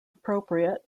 appropriate